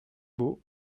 beau